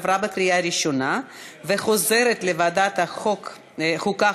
לוועדת החוקה,